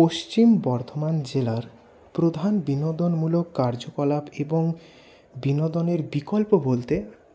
পশ্চিম বর্ধমান জেলার প্রধান বিনোদনমূলক কার্যকলাপ এবং বিনোদনের বিকল্প বলতে